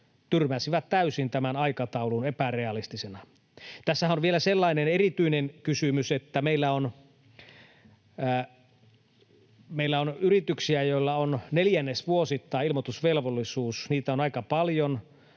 tyrmäsivät täysin tämän aikataulun epärealistisena. Tässähän on vielä sellainen erityinen kysymys, että meillä on yrityksiä, joilla on neljännesvuosittain ilmoitusvelvollisuus. Niitä on aika paljon,